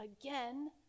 again